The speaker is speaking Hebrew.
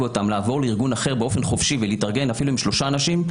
אותם לעבור לארגון אחר באופן חופשי ולהתארגן אפילו עם שלושה אנשים,